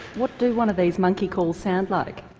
what do one of these monkey calls sound like?